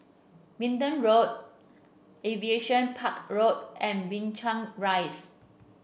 Minden Road Aviation Park Road and Binchang Rise